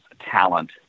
talent